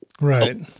Right